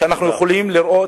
שנוכל לראות,